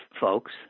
folks